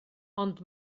ond